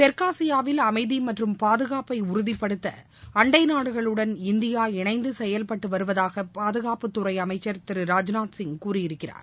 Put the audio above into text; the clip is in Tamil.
தெற்காசியாவில் அமைதி மற்றும் பாதுகாப்பை உறுதிப்படுத்த அண்டை நாடுகளுடன் இந்தியா இணைந்து செயல்பட்டு வருவதாக பாதுகாப்புத்துறை அமைச்ச் திரு ராஜ்நாத்சிங் கூறியிருக்கிறார்